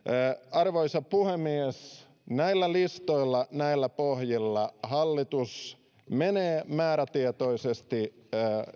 arvoisa puhemies näillä listoilla näillä pohjilla hallitus menee määrätietoisesti